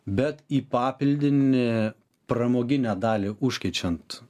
bet į papildinį pramoginę dalį užkeičiant